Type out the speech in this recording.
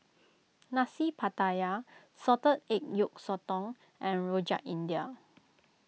Nasi Pattaya Salted Egg Yolk Sotong and Rojak India